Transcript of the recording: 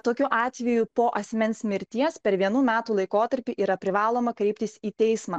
tokiu atveju po asmens mirties per vienų metų laikotarpį yra privaloma kreiptis į teismą